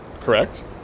correct